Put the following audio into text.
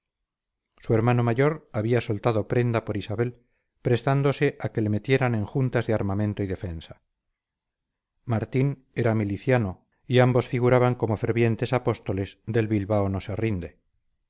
su hermano mayor había soltado prenda por isabel prestándose a que le metieran en juntas de armamento y defensa martín era miliciano y ambos figuraban como fervientes apóstoles del bilbao no se rinde